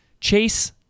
chase